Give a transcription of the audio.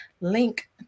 link